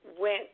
went